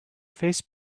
face